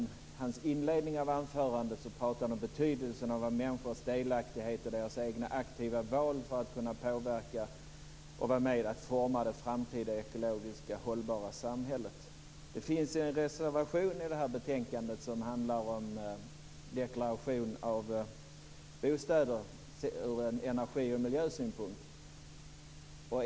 I inledningen av anförandet talade han om betydelsen av människors delaktighet och deras egna aktiva val för att kunna påverka och vara med och forma det framtida ekologiskt hållbara samhället. Det finns en reservation i betänkandet som handlar om deklaration av bostäder ur energi och miljösynpunkt.